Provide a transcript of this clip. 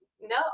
no